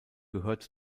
gehört